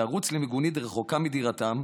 לרוץ למיגונית רחוקה מדירתם.